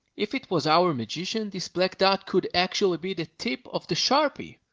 if it was our magician, this black dot could actually be the tip of the sharpie.